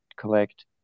collect